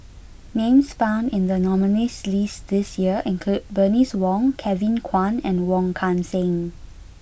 names found in the nominees' list this year include Bernice Wong Kevin Kwan and Wong Kan Seng